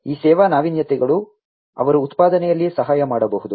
ಈ ಸೇವಾ ನಾವೀನ್ಯತೆಗಳು ಅವರು ಉತ್ಪಾದನೆಯಲ್ಲಿ ಸಹಾಯ ಮಾಡಬಹುದು